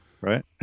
Right